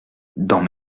dans